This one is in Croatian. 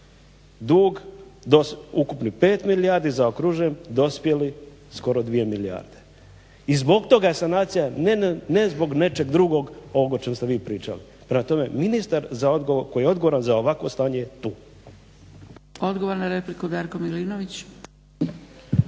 dug ukupni 5 milijardi, zaokružujem dospjeli skoro 2 milijarde. I zbog toga sanacija ne zbog nečeg drugog ovo o čemu ste vi pričali. Prema tome, ministar koji je odgovoran za ovakvo stanje je tu. **Zgrebec, Dragica (SDP)** Odgovor na repliku Darko Milinović.